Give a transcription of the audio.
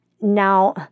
Now